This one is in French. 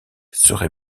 serait